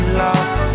lost